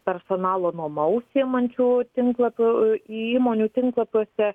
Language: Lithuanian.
personalo nuoma užsiimančių tinklapių įmonių tinklapiuose